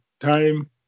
Time